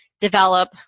develop